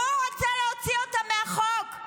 הוא רוצה להוציא אותם מהחוק.